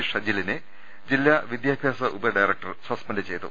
ഷജിലിനെ ജില്ലാ വിദ്യാഭ്യാസ ഉപഡയറക്ടർ സസ്പെൻഡ് ചെയ്തു